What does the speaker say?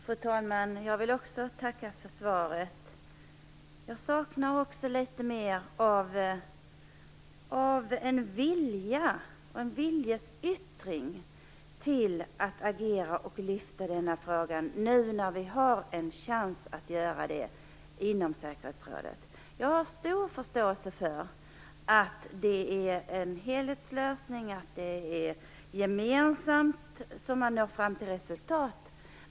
Fru talman! Jag vill tacka för svaret. Jag saknar också en vilja, en viljeyttring, att agera och lyfta denna fråga, när vi nu har en chans att göra det inom säkerhetsrådet. Jag har stor förståelse för att det är gemensamt, genom en helhetslösning, som man når fram till resultat.